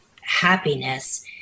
happiness